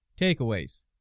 takeaways